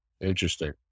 Interesting